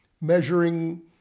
measuring